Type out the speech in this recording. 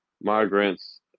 migrants